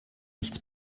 nichts